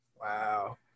Wow